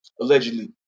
allegedly